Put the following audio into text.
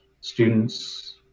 students